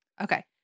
Okay